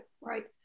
right